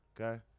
Okay